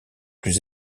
plus